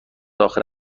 آخر